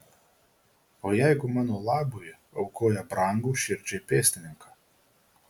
o jeigu mano labui aukoja brangų širdžiai pėstininką